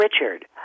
Richard